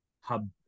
hub